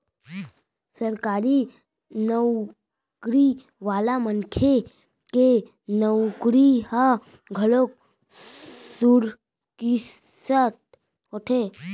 सरकारी नउकरी वाला मनखे के नउकरी ह घलोक सुरक्छित होथे